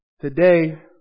today